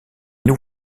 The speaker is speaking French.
nous